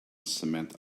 cement